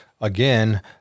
again